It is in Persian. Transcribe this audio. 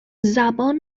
زبان